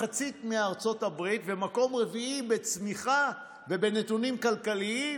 מחצית מבארצות הברית ומקום רביעי בצמיחה ובנתונים כלכליים